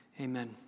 Amen